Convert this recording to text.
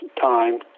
time